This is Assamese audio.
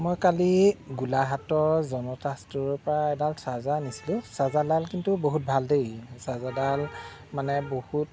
মই কালি গোলাঘাটৰ জনতা ষ্টোৰৰ পা এডাল চাৰ্জাৰ আনিছিলো চাৰ্জাৰডাল কিন্তু বহুত ভাল দেই চাৰ্জাৰডাল মানে বহুত